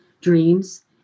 dreams